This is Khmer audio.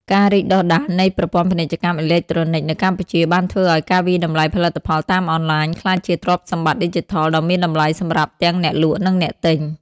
ការរីកដុះដាលនៃប្រព័ន្ធពាណិជ្ជកម្មអេឡិចត្រូនិក នៅកម្ពុជា បានធ្វើឱ្យការវាយតម្លៃផលិតផលតាមអនឡាញក្លាយជាទ្រព្យសម្បត្តិឌីជីថលដ៏មានតម្លៃសម្រាប់ទាំងអ្នកលក់ និងអ្នកទិញ។